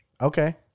Okay